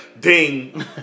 ding